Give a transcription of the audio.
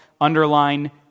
underline